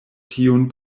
tiun